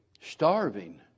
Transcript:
starving